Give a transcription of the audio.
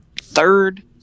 third